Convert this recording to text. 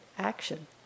Action